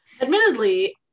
Admittedly